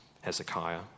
Hezekiah